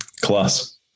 Class